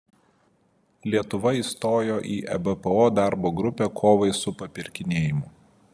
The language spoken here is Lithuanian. lietuva įstojo į ebpo darbo grupę kovai su papirkinėjimu